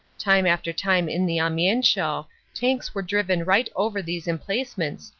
time after time in the amiens show tanks were driven right over these emplacements,